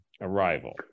arrival